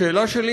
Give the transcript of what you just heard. השאלה שלי,